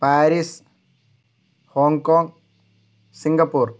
Paris Hong Kong Singapore